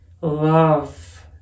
love